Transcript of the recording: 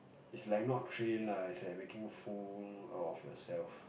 is like not train like lah is like making full out of yourself